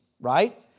right